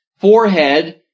forehead